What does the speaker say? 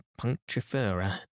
punctifera